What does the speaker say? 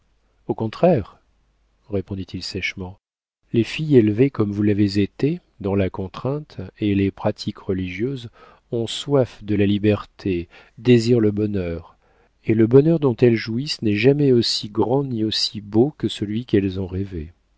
au contraire répondit-il sèchement les filles élevées comme vous l'avez été dans la contrainte et les pratiques religieuses ont soif de la liberté désirent le bonheur et le bonheur dont elles jouissent n'est jamais aussi grand ni aussi beau que celui qu'elles ont rêvé